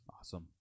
Awesome